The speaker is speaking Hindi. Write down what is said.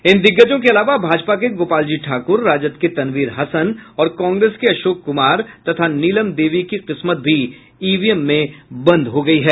इन दिग्गजों के अलावा भाजपा के गोपालजी ठाक्र राजद के तनवीर हसन और कांग्रेस के अशोक कुमार तथा नीलम देवी की किस्मत भी ईवीएम में बंद हो गयी है